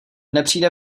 nepřijde